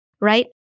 Right